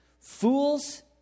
Fools